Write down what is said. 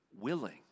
willing